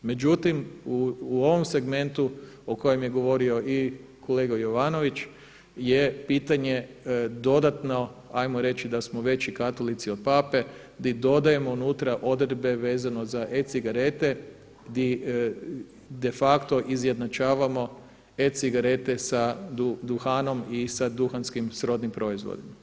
Međutim, u ovom segmentu o kojem je govorio i kolega Jovanović je pitanje dodatno ajmo reći da smo veći katolici od Pape, gdje dodajemo unutra odredbe vezano za e-cigarete gdje de facto izjednačavamo e-cigarete sa duhanom i sa duhanskim srodnim proizvodima.